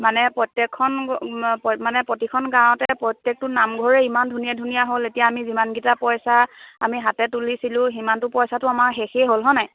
মানে প্ৰত্যেকখন মানে প্ৰতিখন গাঁৱতে প্ৰত্যেকটো নামঘৰেই ইমান ধুনীয়া ধুনীয়া হ'ল এতিয়া আমি যিমানকেইটা পইচা আমি হাতে তুলিছিলোঁ সিমানটো পইচাটো আমাৰ শেষেই হ'ল হয় নাই